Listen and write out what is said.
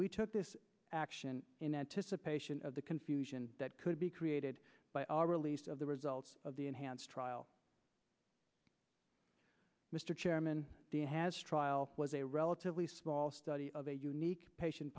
we took this action in anticipation of the confusion that could be created by our release of the results of the enhanced trial mr chairman has trial was a relatively small study of a unique patient